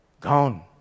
Gone